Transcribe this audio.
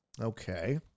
Okay